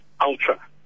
Ultra